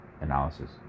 analysis